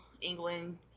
England